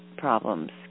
Problems